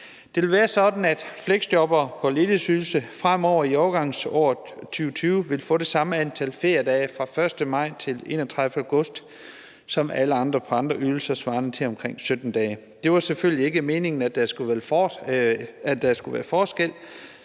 Det vil være sådan, at fleksjobbere på ledighedsydelse fremover i overgangsåret 2020 vil få det samme antal feriedage fra den 1. maj til den 31. august som alle andre på andre ydelser, svarende til omkring 17 dage. Det var selvfølgelig ikke meningen, at der skulle være forskel,